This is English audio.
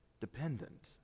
dependent